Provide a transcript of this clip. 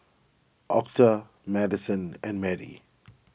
Octa Madyson and Madie